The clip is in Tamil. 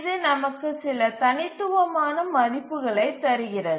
இது நமக்கு சில தனித்துவமான மதிப்புகளைத் தருகிறது